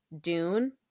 Dune